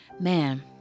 man